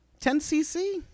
10cc